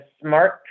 smart